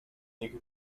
nich